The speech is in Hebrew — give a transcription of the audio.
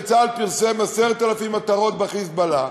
וצה"ל פרסם 10,000 מטרות של "חיזבאללה".